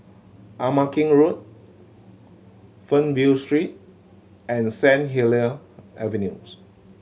Ama Keng Road Fernvale Street and Saint Helier Avenues